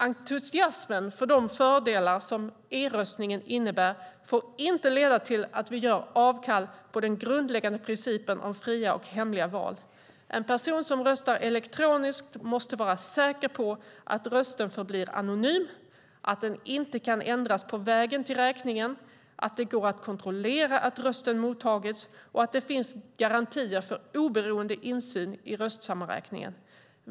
Entusiasmen för de fördelar som e-röstningen innebär får inte leda till att vi gör avkall på den grundläggande principen om fria och hemliga val. En person som röstar elektroniskt måste vara säker på att rösten förblir anonym, att den inte kan ändras på vägen till räkningen, att det går att kontrollera att rösten mottagits och att det finns garantier för oberoende insyn i röstsammanräkningen.